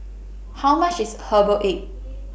How much IS Herbal Egg